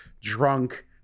drunk